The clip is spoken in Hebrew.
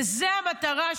וזו המטרה,